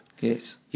Yes